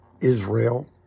Israel